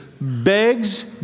begs